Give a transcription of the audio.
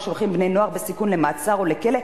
שולחים בני-נוער בסיכון למעצר או לכלא,